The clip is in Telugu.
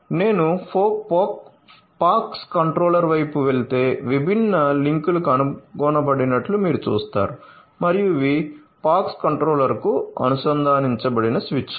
నేను పాక్స్ కంట్రోలర్ వైపు వెళితే విభిన్న లింకులు కనుగొనబడినట్లు మీరు చూస్తారు మరియు ఇవి POX కంట్రోలర్కు అనుసంధానించబడిన స్విచ్లు